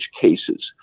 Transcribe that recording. cases